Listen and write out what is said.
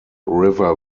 river